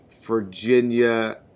Virginia